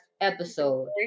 episode